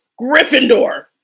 Gryffindor